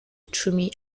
icumi